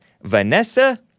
Vanessa